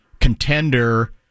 contender